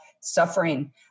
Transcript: suffering